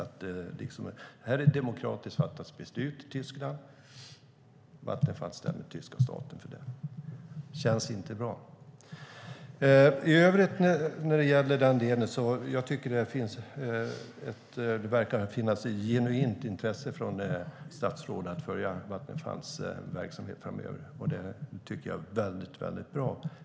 Ett demokratiskt beslut har fattats i Tyskland. Vattenfall stämmer tyska staten för det. Det känns inte bra. I övrigt verkar det finnas ett genuint intresse från statsrådet att följa Vattenfalls verksamhet framöver, vilket jag tycker är väldigt, väldigt bra.